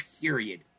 period